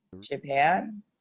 Japan